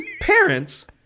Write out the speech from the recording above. parents